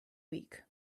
week